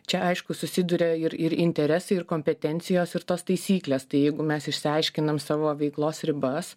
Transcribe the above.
čia aišku susiduria ir ir interesai ir kompetencijos ir tos taisyklės tai jeigu mes išsiaiškinom savo veiklos ribas